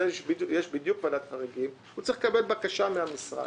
בדיוק יש את ועדת החריגים הוא צריך לקבל בקשה מן המשרד.